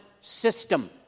system